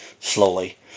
Slowly